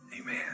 amen